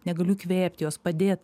negaliu įkvėpti jos padėt